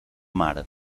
mare